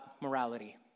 morality